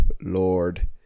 Lord